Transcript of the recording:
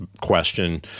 question